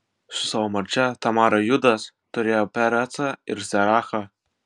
su savo marčia tamara judas turėjo perecą ir zerachą